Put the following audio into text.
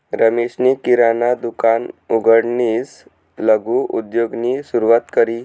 रमेशनी किराणा दुकान उघडीसन लघु उद्योगनी सुरुवात करी